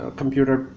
computer